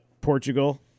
Portugal